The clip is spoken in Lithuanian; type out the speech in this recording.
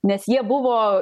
nes jie buvo